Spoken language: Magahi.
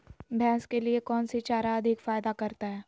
भैंस के लिए कौन सी चारा अधिक फायदा करता है?